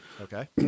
Okay